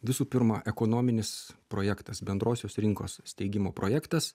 visų pirma ekonominis projektas bendrosios rinkos steigimo projektas